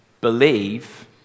believe